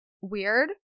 weird